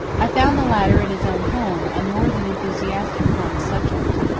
i found the latter in his own home and more than enthusiastic upon the subject.